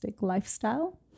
lifestyle